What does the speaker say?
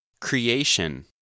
Creation